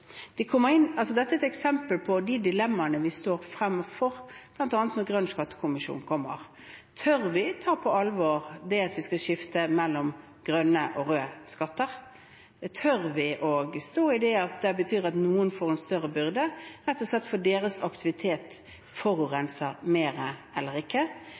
vi står overfor, bl.a. når rapporten fra Grønn skattekommisjon kommer. Tør vi ta på alvor det at vi skal ha et skifte fra røde skatter til grønne skatter? Tør vi å stå i det at det betyr at noen får en større byrde, rett og slett fordi deres aktivitet forurenser mer, eller tør vi ikke